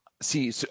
See